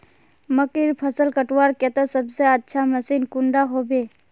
मकईर फसल कटवार केते सबसे अच्छा मशीन कुंडा होबे?